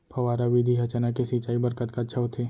फव्वारा विधि ह चना के सिंचाई बर कतका अच्छा होथे?